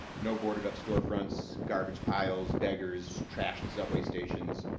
no boarded-up storefronts, garbage piles, beggars, trashed subway stations,